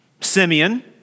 Simeon